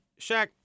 Shaq